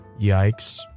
yikes